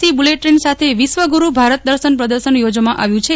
C bullet train સાથે વિશ્વ ગુરુ ભારત દર્શન પ્રદર્શન ચોજવામાં આવ્યું છે